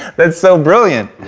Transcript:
that's so brilliant,